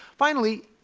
finally,